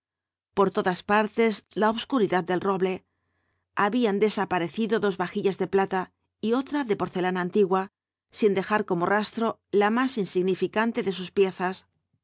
por todas partes la obscuridad del roble habían desaparecido dos vajillas de plata y otra de porcelana antigua sin dejar como rastro la más insignificante de sus piezas